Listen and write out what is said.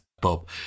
Bob